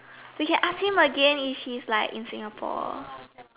we can ask him again if he's like in Singapore